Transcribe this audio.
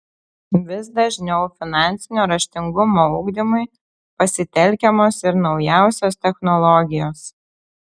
vis dažniau finansinio raštingumo ugdymui pasitelkiamos ir naujausios technologijos